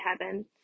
heaven